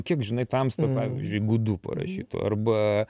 kiek žinai tamsta pavyzdžiui gudų parašytų arba